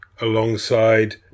alongside